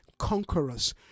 Conquerors